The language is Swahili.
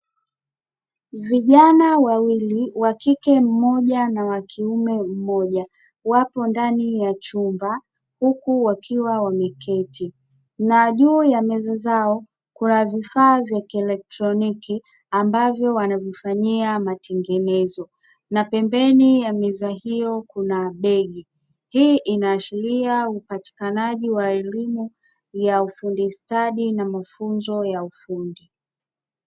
Vijana wawili wa kike mmoja na wa kiume mmoja wapo ndani ya chumba huku wakiwa wameketi na juu ya meza zao kuna vifaa vya kielekroniki ambavyo wanavifanyia matengenezo, na pembeni ya meza hiyo kuna begi. Hii inaashiria upatikanaji elimu ya ufundi stadi na mafunzo ya ufundi.